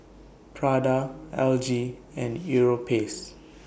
Prada L G and Europace